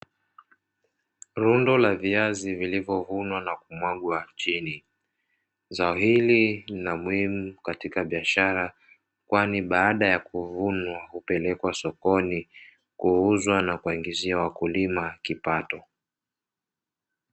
Rundo la viazi vlivyovunwa na kumwagwa chini. Zao hili lina umuhimu katika biashara, kwani baada ya kuvunwa hupelekwa sokoni kuuzwa na kuwaigizia wakulima kipato.